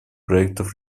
проектов